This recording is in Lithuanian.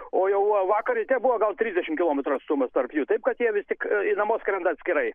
o jau vakar ryte buvo gal trisdešimt kilometrų atstumas tarp jų taip kad jie vis tik namo skrenda atskirai